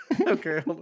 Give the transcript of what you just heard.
Okay